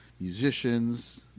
musicians